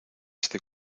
este